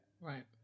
Right